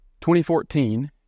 2014